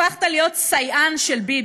הפכת להיות סייען של ביבי.